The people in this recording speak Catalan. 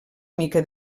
mica